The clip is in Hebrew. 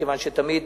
מכיוון שתמיד